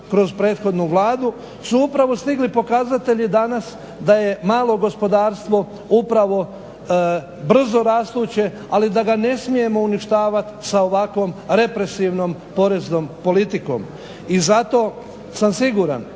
kroz prethodnu Vladu su upravo stigli pokazatelji danas da je malo gospodarstvo upravo brzo rastuće, ali da ga ne smijemo uništavati sa ovakvom represivnom poreznom politikom. I zato sam siguran